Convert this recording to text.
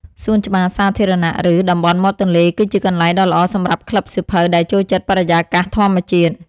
សួនច្បារសាធារណៈ ឬតំបន់មាត់ទន្លេ គឺជាកន្លែងដ៏ល្អសម្រាប់ក្លឹបសៀវភៅដែលចូលចិត្តបរិយាកាសធម្មជាតិ។